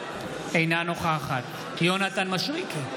אינה נוכחת יונתן מישרקי,